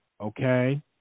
Okay